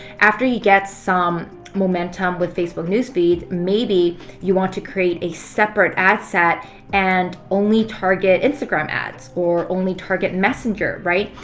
after you get some momentum with facebook news feed, maybe you want to create a separate ad set and only target instagram ads. or only target messenger, right?